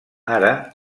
ara